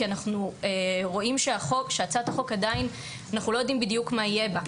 כי אנחנו עדיין לא יודעים בדיוק מה יהיה בהצעת החוק.